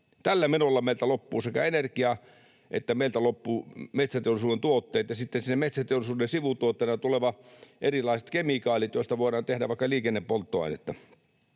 Tällä menolla meiltä loppuu energia ja meiltä loppuu metsäteollisuuden tuotteet ja sitten siinä metsäteollisuuden sivutuotteina tulevat erilaiset kemikaalit, joista voidaan tehdä vaikka liikennepolttoainetta.